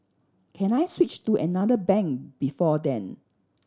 can I switch to another bank before then